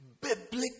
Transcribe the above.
biblical